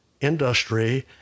industry